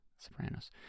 sopranos